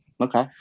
Okay